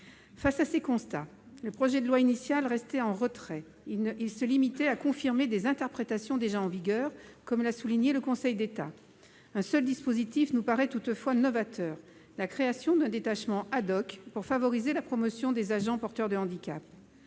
Face à ces constats, le projet de loi initial restait en retrait. Il se limitait à confirmer des interprétations déjà en vigueur, comme l'a souligné le Conseil d'État. Un seul dispositif nous paraît novateur : la création d'un détachement pour favoriser la promotion des agents porteurs de handicap.